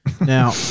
Now